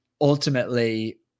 ultimately